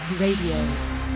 Radio